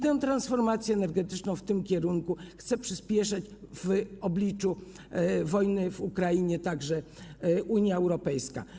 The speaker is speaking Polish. Transformację energetyczną w tym kierunku chce przyspieszyć w obliczu wojny w Ukrainie także Unia Europejska.